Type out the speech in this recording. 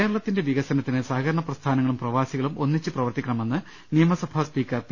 കേരളത്തിന്റെ വികസനത്തിന് സഹകരണ പ്രസ്ഥാനങ്ങളും പ്രവാസികളും ഒന്നിച്ച് പ്രവർത്തിക്ക ണമെന്ന് നിയമസഭാസ്പീക്കർ പി